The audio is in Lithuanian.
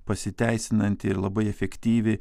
pasiteisinanti ir labai efektyvi